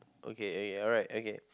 okay okay alright okay